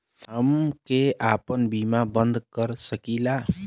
हमके आपन बीमा बन्द कर सकीला?